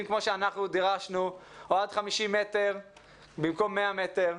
כמו שאנחנו דרשנו ועד 50 מטרים במקום 100 מטרים.